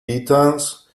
titans